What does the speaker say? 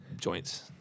joints